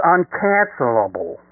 Uncancelable